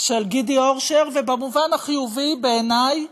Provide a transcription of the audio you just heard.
של גידי אורשר, ובמובן החיובי, בעיני,